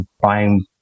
buying